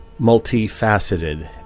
multifaceted